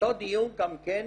שאותו דיון גם כן